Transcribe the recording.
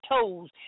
toes